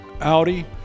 Audi